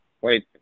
Wait